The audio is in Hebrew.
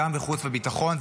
גם בחוץ וביטחון,